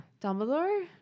Dumbledore